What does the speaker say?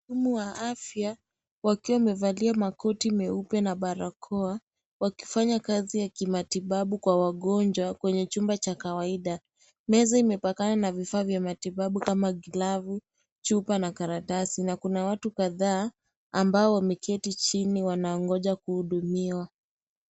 Wahudumu wa afya wakiwa wamevalia makoti meupe na barakoa, wakifanya kazi ya kimatibabu kwa wagonjwa kwenye chumba cha kawaida. Meza imepakana na vifaa vya matibabu kama glavu, chupa na karatasi, na kuna watu kadhaa, ambao wameketi chini wanangoja kuhudumiwa.